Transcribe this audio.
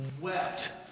wept